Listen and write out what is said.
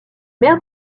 maires